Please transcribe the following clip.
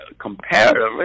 comparatively